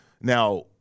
Now